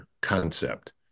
concept